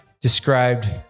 described